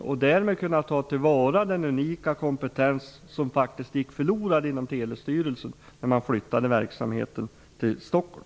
Därmed kan man ta till vara den unika kompetens som gick förlorad genom flyttningen av Telestyrelsens verksamhet till Stockholm.